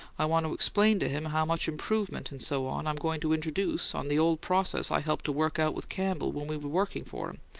i want to explain to him how much improvement and so on i'm going to introduce on the old process i helped to work out with campbell when we were working for him,